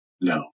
No